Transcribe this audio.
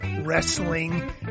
wrestling